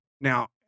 Now